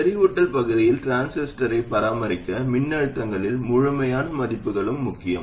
செறிவூட்டல் பகுதியில் டிரான்சிஸ்டரை பராமரிக்க மின்னழுத்தங்களின் முழுமையான மதிப்புகளும் முக்கியம்